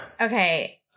okay